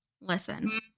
listen